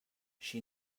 she